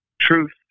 truth